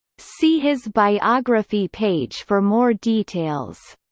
see his biography page for more details.